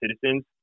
citizens